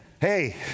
hey